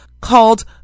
called